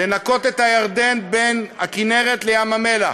לנקות את הירדן בין הכינרת לים-המלח,